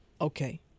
okay